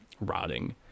rotting